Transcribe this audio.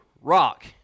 rock